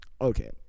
okay